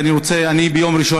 ביום ראשון,